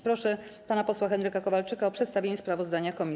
Proszę pana posła Henryka Kowalczyka o przedstawienie sprawozdania komisji.